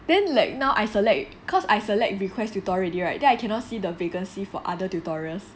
then like now I select cause I select request tutor already [right] then I cannot see the vacancy for other tutorials